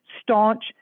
staunch